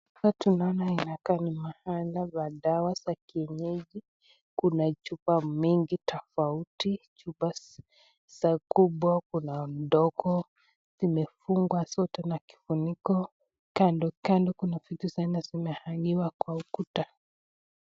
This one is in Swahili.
Hapa tunaona inakaa mahali pa dawa za kienyeji, kuna chupa mingi tofauti chupa za kubwa kuna ndogo zimefungwa zote na kifuniko kando kando kuna vitu zimehangiwa kwa ukuta.